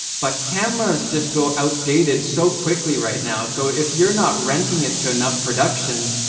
but cameras just go outdated so quickly right now, so if you're not renting it to enough productions,